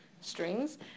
strings